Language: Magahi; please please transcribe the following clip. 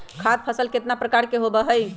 खाद्य फसल कितना प्रकार के होबा हई?